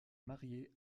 marié